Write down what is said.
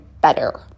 better